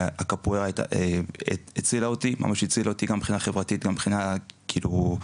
הקפוארה הצילה אותי גם מבחינה חברתית גם מבחינה אישית,